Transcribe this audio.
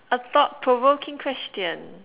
a thought provoking question